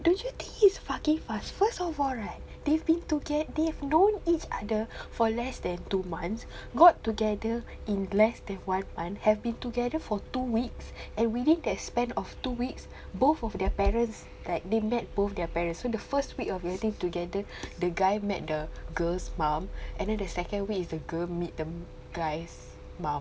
don't you think it's fucking fast first of all right they've been toget~ they've known each other for less than two months got together in less than one month and have been together for two weeks and within that span of two weeks both of their parents like they met both their parents so the first week of getting together the guy met the girl's mum and then the second week is the girl meet the guy's mum